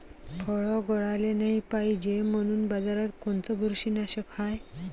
फळं गळाले नाही पायजे म्हनून बाजारात कोनचं बुरशीनाशक हाय?